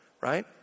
right